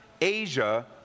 Asia